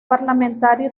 parlamentario